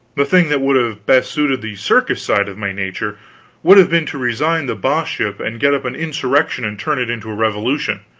the thing that would have best suited the circus side of my nature would have been to resign the boss-ship and get up an insurrection and turn it into a revolution